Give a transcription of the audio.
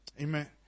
Amen